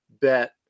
bet